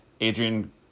adrian